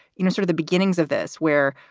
you know, sort of the beginnings of this where,